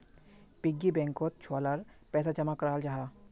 piggy बैंकोत छुआ लार पैसा जमा कराल जाहा